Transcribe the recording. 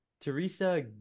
Teresa